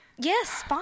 Yes